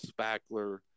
Spackler